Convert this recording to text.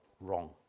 wrong